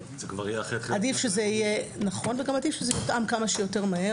שעדיף שזה יותאם כמה שיותר מהר.